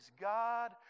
God